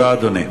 תודה, אדוני.